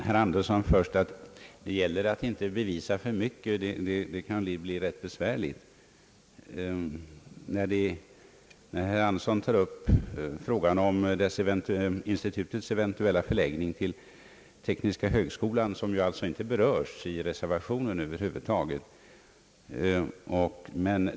Herr talman! Det gäller att inte bevisa för mycket herr Axel Andersson, det kan bli besvärligt. Herr Andersson tar upp frågan om institutets eventuella förläggning till tekniska högskolan, som inte berörs i reservationen över huvud taget.